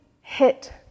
hit